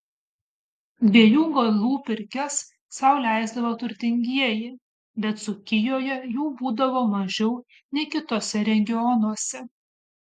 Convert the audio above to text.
dviejų galų pirkias sau leisdavo turtingieji bet dzūkijoje jų būdavo mažiau nei kituose regionuose